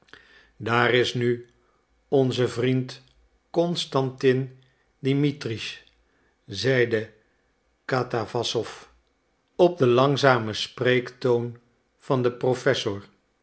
daar is nu onze vriend constantin dimitritsch zeide katawassow op den langzamen spreektoon van den professor